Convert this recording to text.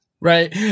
Right